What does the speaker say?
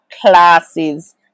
classes